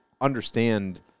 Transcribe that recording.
understand